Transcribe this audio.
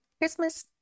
Christmas